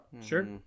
sure